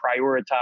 prioritize